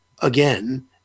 again